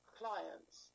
clients